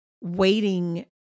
waiting